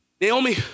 Naomi